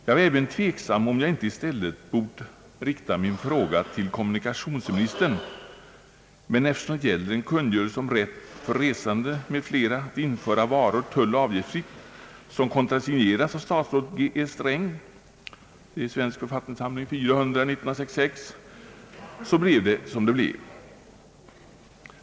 Jag hade kanske i stället bort rikta min fråga till kommunikationsministern, men eftersom den gäller en kungörelse om rätt för resande m.fl. att införa varor tulloch avgiftsfritt, vilken kontrasignerats av statsrådet G. E. Sträng, Svensk Författningssamling 1966: 400, blev det som det blev.